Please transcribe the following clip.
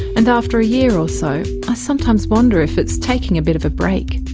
and after a year or so i sometimes wonder if it's taking a bit of a break.